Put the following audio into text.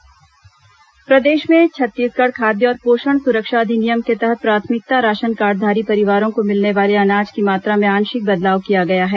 ration card पात्रता प्रदेश में छत्तीसगढ़ खाद्य और पोषण सुरक्षा अधिनियम के तहत प्राथमिकता राशन कार्डधारी परिवारों को मिलने वाले अनाज की मात्रा में आंशिक बदलाव किया गया है